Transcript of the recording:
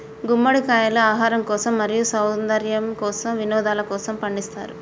గుమ్మడికాయలు ఆహారం కోసం, మరియు సౌందర్యము కోసం, వినోదలకోసము పండిస్తారు